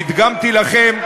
והדגמתי לכם,